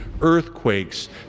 earthquakes